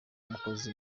umukozi